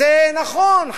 זה נכון,